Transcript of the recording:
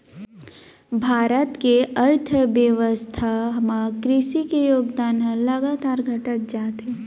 भारत के अर्थबेवस्था म कृसि के योगदान ह लगातार घटत जात हे